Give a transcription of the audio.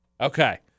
Okay